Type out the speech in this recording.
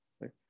Right